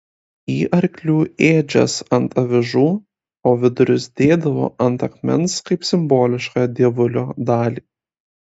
į arklių ėdžias ant avižų o vidurius dėdavo ant akmens kaip simbolišką dievulio dalį